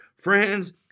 friends